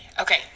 Okay